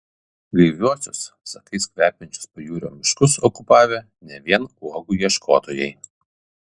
gaiviuosius sakais kvepiančius pajūrio miškus okupavę ne vien uogų ieškotojai